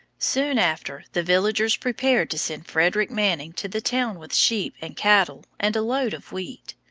soon after, the villagers prepared to send frederic manning to the town with sheep and cattle and a load of wheat.